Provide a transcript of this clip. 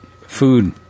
Food